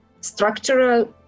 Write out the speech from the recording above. structural